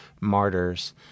martyrs